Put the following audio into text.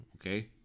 okay